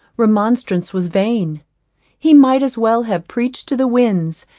remonstrance was vain he might as well have preached to the winds,